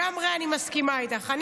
אני מסכימה איתך לגמרי.